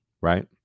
right